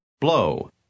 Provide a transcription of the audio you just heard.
Blow